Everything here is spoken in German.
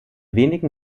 wenigen